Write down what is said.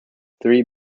three